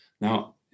Now